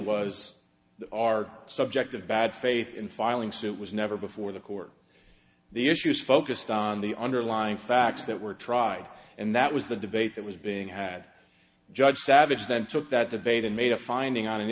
was our subject of bad faith in filing suit was never before the court the issues focused on the underlying facts that were tried and that was the debate that was being had judge savage then took that debate and made a finding